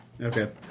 Okay